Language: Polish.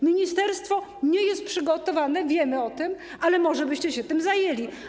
Ministerstwo nie jest do tego przygotowane, wiemy o tym, ale może byście się tym zajęli.